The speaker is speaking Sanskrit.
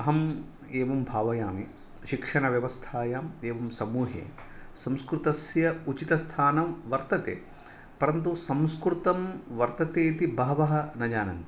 अहम् एवं भावयामि शिक्षणव्यवस्थायां एवं समूहे संस्कृतस्य उचितस्थानं वर्तते परन्तु संस्कृतं वर्तते इति बहवः न जानन्ति